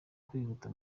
kwihuta